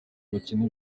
gukina